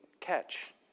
catch